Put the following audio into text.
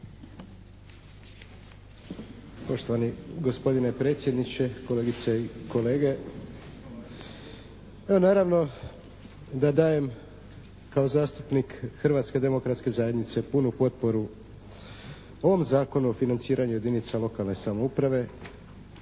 Poštovani gospodine predsjedniče, kolegice i kolege. Naravno da dajem kao zastupnik Hrvatske demokratske zajednice punu potporu ovom Zakonu o financiranju jedinica lokalne samouprave